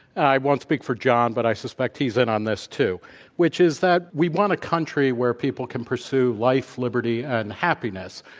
i won't speak for john, but i suspect he's in on this too which is that we want a country where people can pursue life, liberty, and happiness,